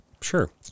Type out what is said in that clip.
Sure